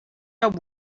job